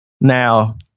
Now